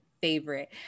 favorite